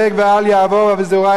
אביזרייהו דגילוי עריות.